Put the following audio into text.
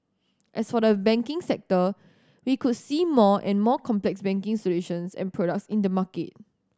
as for the banking sector we could see more and more complex banking solutions and products in the market